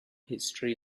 history